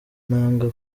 nanga